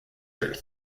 through